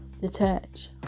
detach